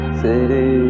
city